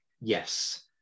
yes